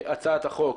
הצעת החוק